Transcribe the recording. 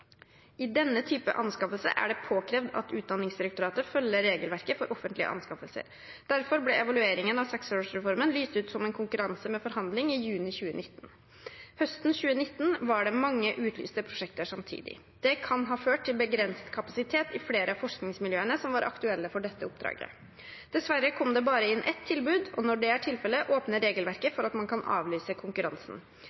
denne type anskaffelse er det påkrevd at Utdanningsdirektoratet følger regelverket for offentlige anskaffelser. Derfor ble evalueringen av seksårsreformen lyst ut som en konkurranse med forhandling i juni 2019. Høsten 2019 var det mange utlyste prosjekter samtidig. Det kan ha ført til begrenset kapasitet i flere av forskningsmiljøene som var aktuelle for dette oppdraget. Dessverre kom det bare inn ett tilbud, og når det er tilfelle, åpner regelverket